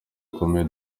gikomeye